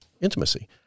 intimacy